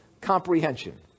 comprehension